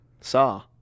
saw